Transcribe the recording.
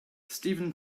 steven